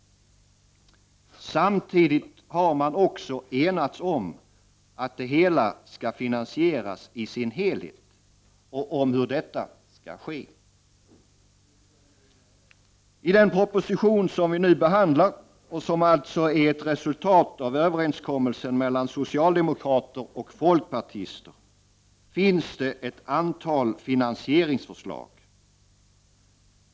Samtidigt har man enats om att detta skall finansieras i sin helhet och om hur detta skall ske. I den proposition som vi nu behandlar och som alltså är ett resultat av överenskommelsen mellan socialdemokrater och folkpartister finns ett antal finansieringsförslag.